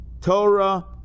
Torah